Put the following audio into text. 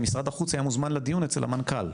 משרד החוץ היה מוזמן לדיון אצל המנכ"ל.